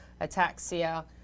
ataxia